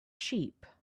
sheep